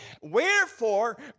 Wherefore